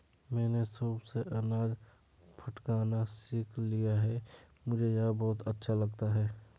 मैंने सूप से अनाज फटकना सीख लिया है मुझे यह बहुत अच्छा लगता है